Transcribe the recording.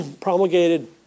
promulgated